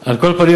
על כל פנים,